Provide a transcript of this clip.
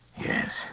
Yes